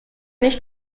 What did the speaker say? nicht